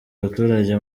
abaturage